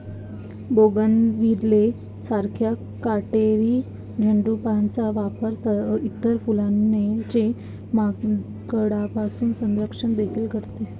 bougainvillea सारख्या काटेरी झुडपांचा वापर इतर फुलांचे माकडांपासून संरक्षण देखील करते